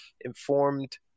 informed